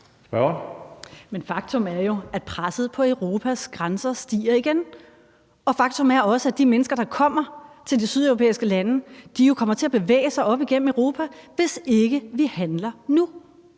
Faktum er, at presset på Europas grænser stiger igen, og faktum er også, at de mennesker, der kommer til de sydeuropæiske lande, jo kommer til at bevæge sig op igennem Europa, hvis ikke vi handler nu.